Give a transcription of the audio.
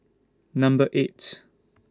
Number eight